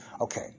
Okay